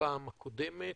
בפעם הקודמת,